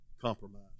compromise